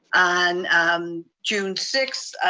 on june sixth,